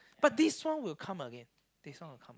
but this one will come again this one will come out